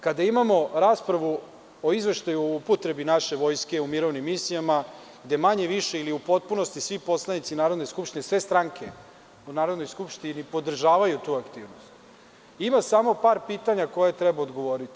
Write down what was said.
Kada imamo raspravu o izveštaju o upotrebi naše Vojske u mirovnim misijama, gde manje-više ili u potpunosti svi poslanici Narodne skupštine, sve stranke u Narodnoj skupštini podržavaju tu aktivnost, ima samo par pitanja na koja treba odgovoriti.